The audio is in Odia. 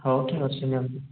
ହଉ ଠିକ ଅଛି ନିଅନ୍ତୁ